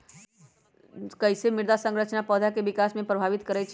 कईसे मृदा संरचना पौधा में विकास के प्रभावित करई छई?